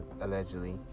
Allegedly